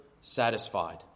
satisfied